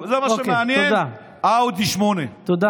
זה מה שמעניין, האאודי 8. אוקיי, תודה.